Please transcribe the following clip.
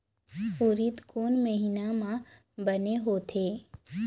उरीद कोन महीना म बने होथे?